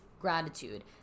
gratitude